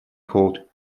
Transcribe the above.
called